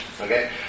Okay